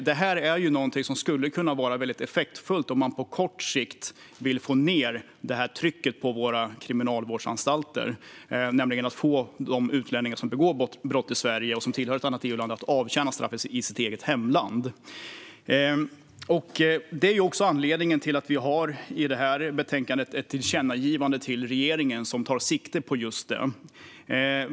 Det här är någonting som skulle kunna vara väldigt effektfullt om man på kort sikt vill få ned trycket på våra kriminalvårdsanstalter, nämligen att få de utlänningar som begår brott i Sverige och tillhör ett annat EU-land att avtjäna straffet i sitt eget hemland. Det är också anledningen till att vi i det här betänkandet har ett tillkännagivande till regeringen som tar sikte på just detta.